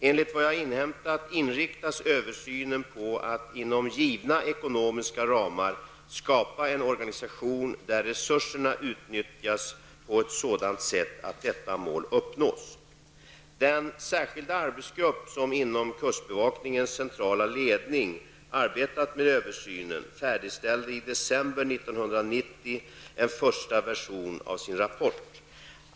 Enligt vad jag har inhämtat inriktas översynen på att inom givna ekonomiska ramar skapa en organisation där resurserna utnyttjas på ett sådant sätt att detta mål uppnås. Den särskilda arbetsgrupp som inom kustbevakningens centrala ledning arbetat med översynen färdigställde i december 1990 en första version av sin rapport.